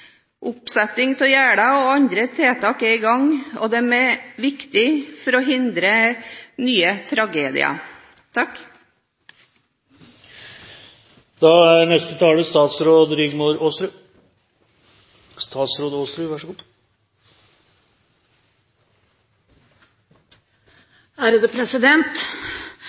Oppsetting av gjerder og andre tiltak er i gang, og det er viktig for å hindre nye tragedier. Innstillingen viser at det fortsatt er